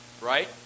right